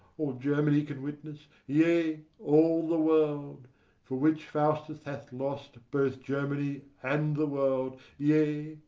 all germany can witness, yea, all the world for which faustus hath lost both germany and the world, yea,